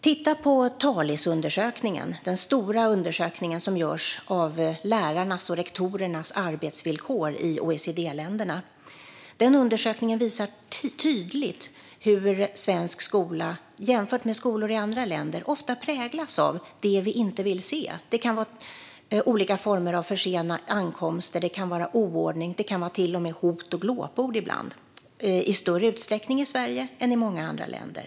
Titta på Talis-undersökningen, den stora undersökning som görs av lärarnas och rektorernas arbetsvillkor i OECD-länderna! Den undersökningen visar tydligt hur svensk skola, jämfört med skolan i andra länder, ofta präglas av det vi inte vill se. Det kan vara olika former av försenad ankomst, oordning eller ibland till och med hot och glåpord, i större utsträckning i Sverige än i många andra länder.